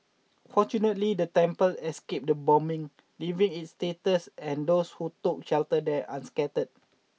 fortunately the temple escaped the bombing leaving its status and those who took shelter there unscathed